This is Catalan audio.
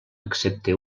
excepte